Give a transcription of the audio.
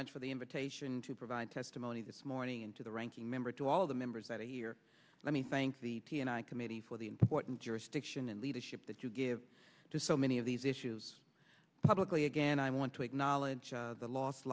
much for the invitation to provide testimony this morning and to the ranking member to all of the members that are here let me thank the piano committee for the important jurisdiction and leadership that you give to so many of these issues publicly again i want to acknowledge the lost